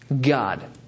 God